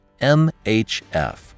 MHF